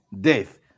death